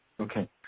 Okay